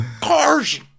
cars